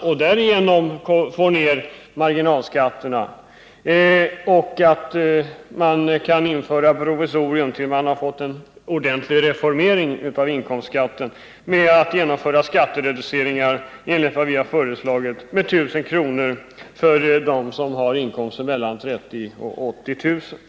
Vidare kan man, fram till dess att det har skett en ordentlig reformering av inkomstskatten, åstadkomma en provisorisk lösning som enligt vårt förslag går ut på att reducera skatten med 1 000 kr. för dem vilkas inkomster ligger mellan 30 000 och 80 000 kr.